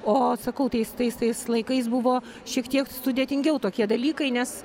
o sakau tais tais tais laikais buvo šiek tiek sudėtingiau tokie dalykai nes